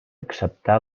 acceptà